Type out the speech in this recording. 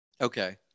Okay